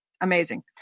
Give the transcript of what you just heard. Amazing